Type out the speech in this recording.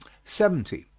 seventy.